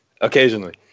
Occasionally